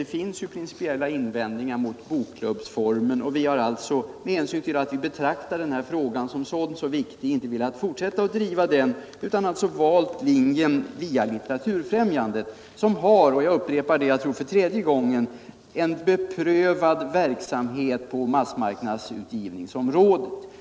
Det finns ju principiella invändningar mot bokklubbsformen, och med hänsyn till att vi betraktar frägan om barnboksutgivningen som så viktig har vi i stället valt linjen via Litteraturfrämjandet, som ju har — jag upprepar det, för tredje gängen tror jag — cn beprövad verksamhet på massmarknadsutgivningsområdet.